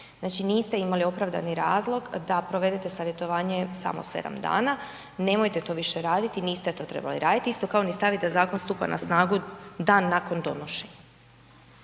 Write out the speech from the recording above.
Znači niste imali opravdani razlog da provedete savjetovanje samo 7 dana, nemojte to više raditi, niste to trebali radit isto kao ni stavit da zakon stupa na snagu dan nakon donošenja.